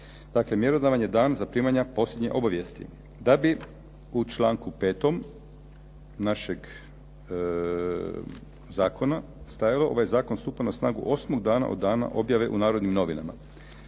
Dakle mjerodavan je dan zaprimanja posljednje obavijesti. Da bi u članku 5. našeg zakona stajao, ovaj zakon stupa na snagu 8 dana od dana objave u "Narodnim novinama".